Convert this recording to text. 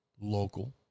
local